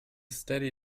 steady